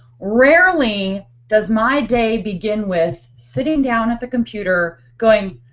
rarely does my day begin with sitting down at the computer going,